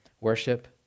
worship